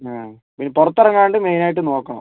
ആ പിന്നെ പുറത്തിറങ്ങാണ്ട് മെയിനായിട്ട് നോക്കണം